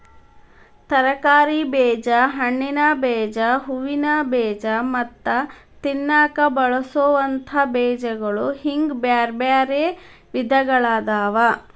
ತರಕಾರಿ ಬೇಜ, ಹಣ್ಣಿನ ಬೇಜ, ಹೂವಿನ ಬೇಜ ಮತ್ತ ತಿನ್ನಾಕ ಬಳಸೋವಂತ ಬೇಜಗಳು ಹಿಂಗ್ ಬ್ಯಾರ್ಬ್ಯಾರೇ ವಿಧಗಳಾದವ